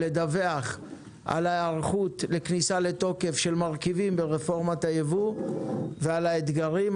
לדווח על ההיערכות לכניסה לתוקף של מרכיבים ברפורמת הייבוא ועל האתגרים.